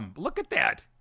um look at that.